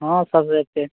हँ सब होयतै